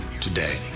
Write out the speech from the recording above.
today